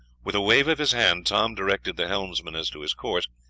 with a wave of his hand tom directed the helmsman as to his course,